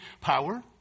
power